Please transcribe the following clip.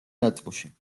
ნაწილში